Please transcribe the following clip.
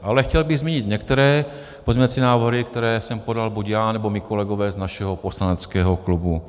Ale chtěl bych zmínit některé pozměňovací návrhy, které jsem podal buď já, nebo mí kolegové z našeho poslaneckého klubu.